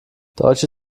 deutsche